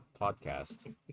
podcast